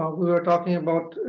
ah we were talking about,